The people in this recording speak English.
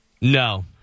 No